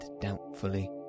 doubtfully